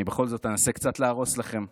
אני בכל זאת אנסה קצת להרוס לכם.